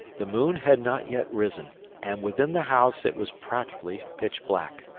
the moon had not yet risen and within the house it was practically pitch-black.